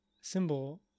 symbol